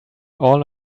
all